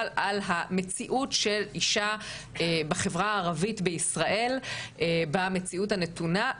על המציאות של אישה בחברה הערבית בישראל במציאות הנתונה.